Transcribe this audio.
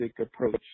approach